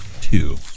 two